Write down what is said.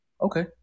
Okay